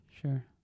sure